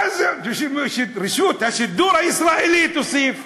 ואז, "רשות השידור הישראלית", הוסיף.